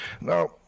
Now